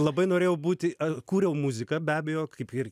labai norėjau būti kūriau muziką be abejo kaip ir